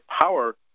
power